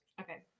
Okay